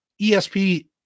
ESP